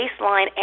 baseline